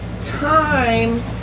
time